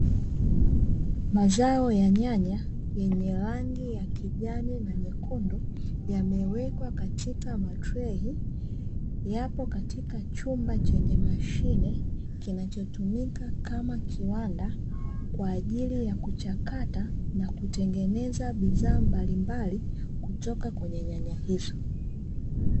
Mazao ya nyanya yenye rangi ya kijani na nyekundu, yamewekwa katika matrei, yapo katika chumba chenye mashine, kinachotumika kama kiwanda, kwa ajili ya kuchakata na kutengeneza bidhaa mbalimbali kutoka kwenye nyanya hizo.